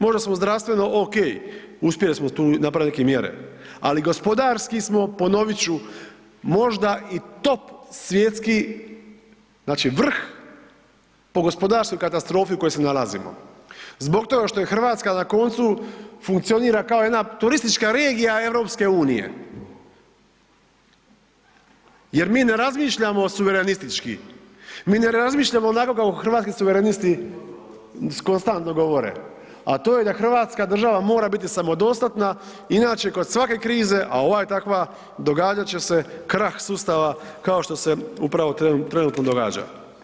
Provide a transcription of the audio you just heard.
Možda smo zdravstveno okej, uspjeli smo tu napravit neke mjere, ali gospodarski smo, ponovit ću, možda i top svjetski, znači vrh po gospodarskoj katastrofi u kojoj se nalazimo zbog toga što je RH na koncu funkcionira kao jedna turistička regija EU jer mi ne razmišljamo suvernistički, mi ne razmišljamo onako kako Hrvatski suverenisti konstantno govore, a to je da hrvatska država mora biti samodostatna, inače kod svake krize, a ova je takva, događat će se krah sustava kao što se upravo trenutno događa.